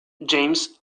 james